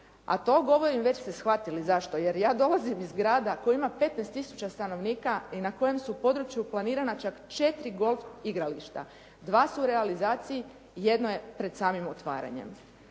a to govorim već ste shvatili zašto, jer ja dolazim iz grada koji ima 15 tisuća stanovnika i na kojem su području planirana čak 4 golf igrališta, dva su u realizaciji, jedno je pred samim otvaranjem.